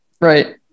right